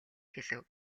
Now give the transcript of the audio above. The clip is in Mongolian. хэлэв